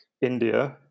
India